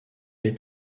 est